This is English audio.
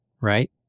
right